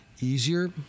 easier